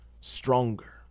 stronger